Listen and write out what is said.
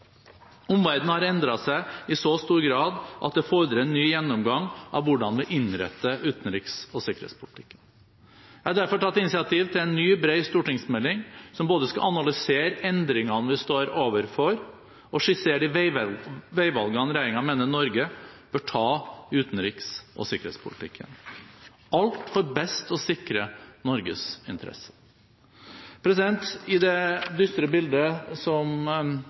har endret seg i så stor grad at det fordrer en ny gjennomgang av hvordan vi innretter utenriks- og sikkerhetspolitikken. Jeg har derfor tatt initiativ til en ny, bred stortingsmelding som både skal analysere endringene vi står overfor, og skissere de veivalgene regjeringen mener Norge bør ta i utenriks- og sikkerhetspolitikken – alt for best å sikre Norges interesser. I det dystre bildet som